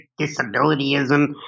disabilityism